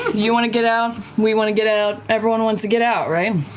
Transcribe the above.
you want to get out, we want to get out, everyone wants to get out, right?